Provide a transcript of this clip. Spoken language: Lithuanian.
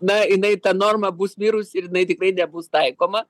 na jinai ta norma bus mirus ir jinai tikrai nebus taikoma